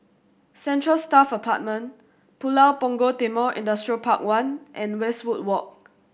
Central Staff Apartment Pulau Punggol Timor Industrial Park One and Westwood Walk